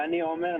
ואני עומר,